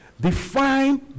Define